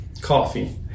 coffee